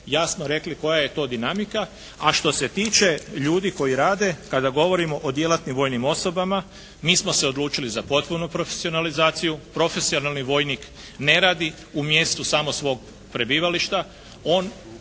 jasno rekli koja je to dinamika, a što se tiče ljudi koji rade kada govorimo o djelatnim vojnim osobama mi smo se odlučili za potpunu profesionalizaciju, profesionalni vojnik ne radi u mjestu samo svog prebivališta, on